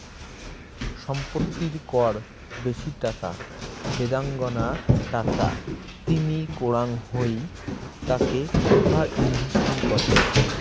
সম্পত্তির কর বেশি টাকা বেদাঙ্গনা টাকা তিনি করাঙ হই তাকে ওভার ইনভেস্টিং কহে